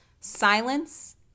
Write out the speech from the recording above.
silence